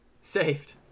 Saved